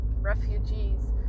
refugees